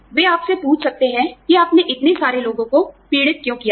वे आपसे पूछ सकते हैं कि आपने इतने सारे लोगों को पीड़ित क्यों किया है